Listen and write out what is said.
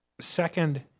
Second